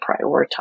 prioritize